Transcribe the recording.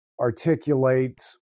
articulate